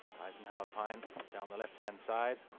eisenhower pine down the left-hand side-wide